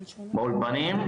באולפנים?